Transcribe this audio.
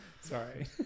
Sorry